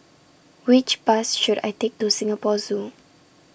Which Bus should I Take to Singapore Zoo